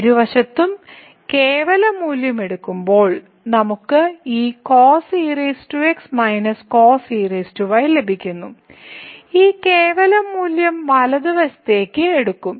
ഇരുവശത്തും കേവല മൂല്യം എടുക്കുമ്പോൾ നമുക്ക് ഈ ലഭിക്കുന്നു ഈ കേവല മൂല്യം വലതുവശത്തേക്ക് എടുക്കും